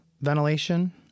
ventilation